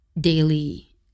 daily